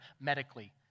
medically